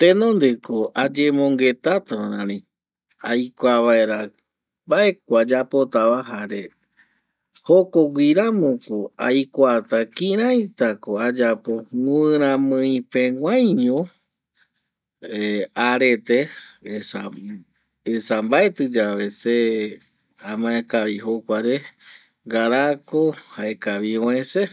Tenonde ko ayemongueta ta rari aikua vaera mbae ko ayapota va jare jokogui ramo ko aikuata kiraita ko ayapo miramɨi peguaiño arete esa, esa mbaetɨ yave se amae kavi jokua re ngara ko jaekavi oe se